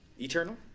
Eternal